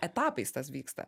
etapais tas vyksta